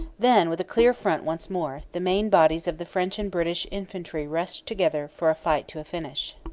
then, with a clear front once more, the main bodies of the french and british infantry rushed together for a fight to a finish.